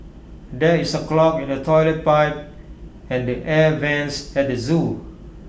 there is A clog in the Toilet Pipe and the air Vents at the Zoo